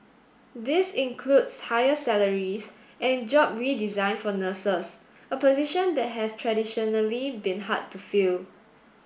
this includes higher salaries and job redesign for nurses a position that has traditionally been hard to fill